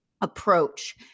approach